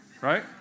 right